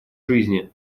жизни